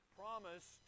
promise